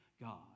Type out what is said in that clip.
God